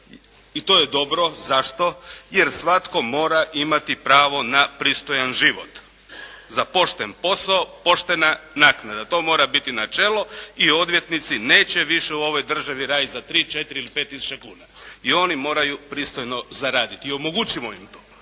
i to je dobro. Zašto? Jer svatko mora imati pravo na pristojan život. Za pošten posao poštena naknada. To mora biti načelo i odvjetnici neće više u ovoj državi raditi za tri, četiri ili pet tisuća kuna i oni moraju pristojno zaraditi i omogućimo im to.